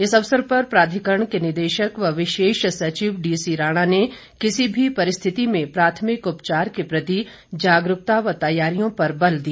इस अवसर पर प्राधिकरण के निदेशक व विशेष सचिव डीसी राणा ने किसी भी परिस्थिति में प्राथमिक उपचार के प्रति जागरूकता व तैयारियों पर बल दिया